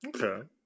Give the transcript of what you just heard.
Okay